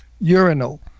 urinal